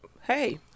Hey